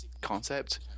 concept